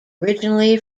originally